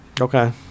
okay